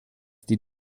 die